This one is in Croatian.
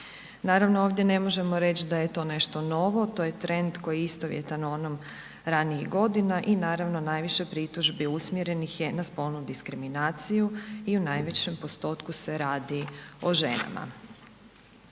Naravno, ovdje ne možemo reći da je to nešto novo. To je trend koji je istovjetan onome ranijih godina i naravno najviše pritužbi usmjerenih je na spolnu diskriminaciju i u najvećem postotku se radi o ženama.